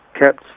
kept